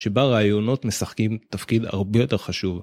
שבה רעיונות משחקים תפקיד הרבה יותר חשוב.